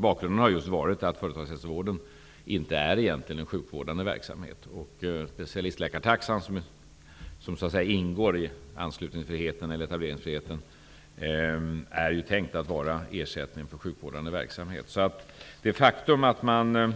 Bakgrunden har just varit att företagshälsovården egentligen inte är en sjukvårdande verksamhet, och specialistläkartaxan, som så att säga ingår i anslutningsfriheten eller etableringsfriheten, är ju tänkt att vara ersättning för sjukvårdande verksamhet. Det faktum att man